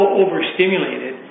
overstimulated